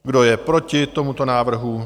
Kdo je proti tomuto návrhu?